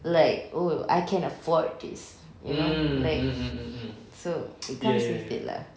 like oh I can afford this you know like so it comes with it lah